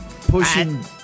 Pushing